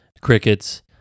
crickets